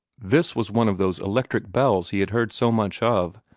this was one of those electric bells he had heard so much of,